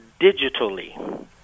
digitally